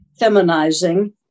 feminizing